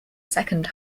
second